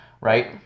right